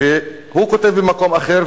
השואה?" הוא כותב במקום אחר,